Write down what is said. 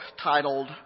titled